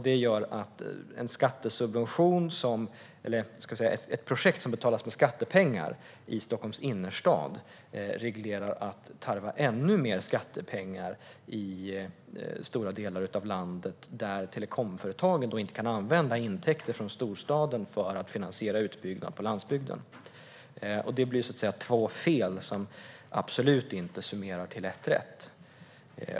Detta gör att ett projekt som betalas med skattepengar i Stockholms innerstad riskerar att tarva ännu mer skattepengar i stora delar av landet eftersom telekomföretagen inte kan använda intäkter från storstaden för att finansiera utbyggnad på landsbygden. Av detta blir två fel som absolut inte summerar till ett rätt.